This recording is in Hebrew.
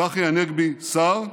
צחי הנגבי, שר,